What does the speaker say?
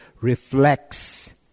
reflects